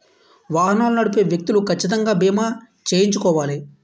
వాహనాలు నడిపే వ్యక్తులు కచ్చితంగా బీమా చేయించుకోవాలి